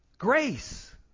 Grace